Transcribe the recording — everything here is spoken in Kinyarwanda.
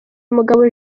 mugabo